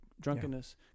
drunkenness